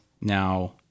now